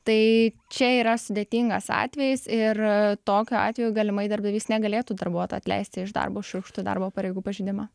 tai čia yra sudėtingas atvejis ir tokiu atveju galimai darbdavys negalėtų darbuotojo atleisti iš darbo už šiurkštų darbo pareigų pažeidimą